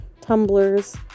tumblers